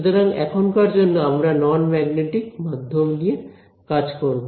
সুতরাং এখনকার জন্য আমরা নন ম্যাগনেটিক মাধ্যম নিয়ে কাজ করব